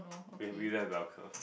when we don't have bell curve